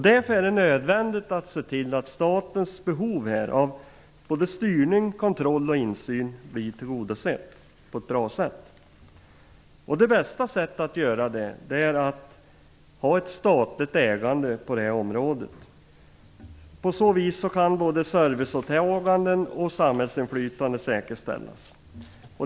Därför är det nödvändigt att se till att statens behov, styrning kontroll och insyn, blir tillgodosedda på ett bra sätt. Det bästa sättet att uppnå det är att ha ett statligt ägande på det här området. På så vis kan både serviceåtaganden och samhällsinflytande säkerställas.